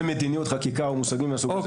מדיניות חקיקה או מושגים מהסוג הזה.